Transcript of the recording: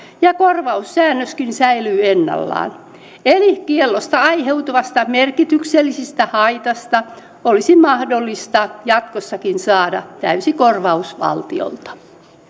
ja korvaussäännöskin säilyy ennallaan eli kiellosta aiheutuvasta merkityksellisestä haitasta olisi mahdollista jatkossakin saada täysi korvaus valtiolta